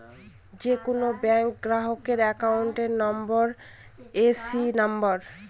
যে কোনো ব্যাঙ্ক গ্রাহকের অ্যাকাউন্ট নাম্বার হয় এ.সি নাম্বার